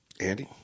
Andy